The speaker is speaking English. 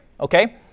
Okay